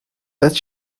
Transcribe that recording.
that